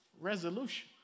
resolution